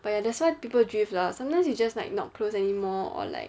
but ya that's why people drift lah sometimes you just like not close anymore or like